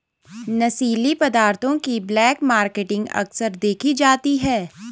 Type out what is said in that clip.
नशीली पदार्थों की ब्लैक मार्केटिंग अक्सर देखी जाती है